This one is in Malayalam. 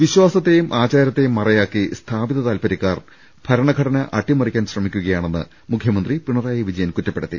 വിശ്വാസത്തെയും ആചാരത്തെയും മറയാക്കി സ്ഥാപിത താൽപര്യക്കാർ ഭരണഘടന അട്ടിമറിക്കാൻ ശ്രമിക്കുകയാ ന ണെന്ന് മുഖ്യമന്ത്രി പിണറായി വിജയൻ കുറ്റപ്പെടുത്തി